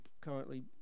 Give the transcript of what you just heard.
currently